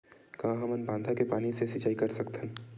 का हमन बांधा के पानी ले सिंचाई कर सकथन?